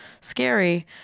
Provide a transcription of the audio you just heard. scary